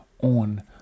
on